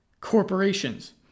corporations